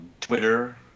Twitter